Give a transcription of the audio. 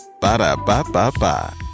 ba-da-ba-ba-ba